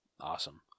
awesome